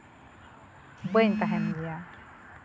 ᱵᱟᱹᱧ ᱛᱟᱦᱮᱱ ᱜᱮᱭᱟ